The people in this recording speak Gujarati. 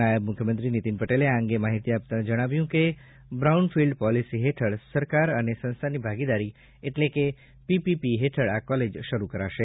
નાયબ મુખ્યમંત્રી નીતિન પટેલે આ અંગે માહિતી આપતા જણાવ્યું કે બ્રાઉન ફીલ્ડ પોલિસી હેઠળ સરકાર અને સંસ્થાની ભાગીદારી એટલે કે પીપીપી હેઠળ આ કોલેજ શરૂ કરાશે